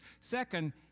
second